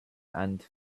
and